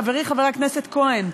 חברי חבר הכנסת כהן,